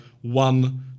one